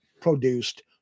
produced